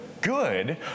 good